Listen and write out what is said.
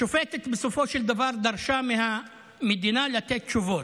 השופטת בסופו של דבר דרשה מהמדינה לתת תשובות.